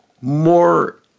more